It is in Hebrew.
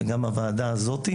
וגם הוועדה הזאת,